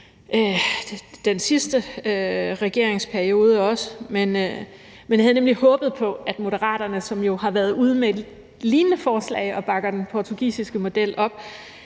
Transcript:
den sidste regeringsperiode, men jeg havde nemlig håbet på, at Moderaterne, som jo har været ude med et lignende forslag og bakker den portugisiske model op,